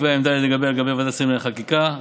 ועדת השרים לענייני חקיקה,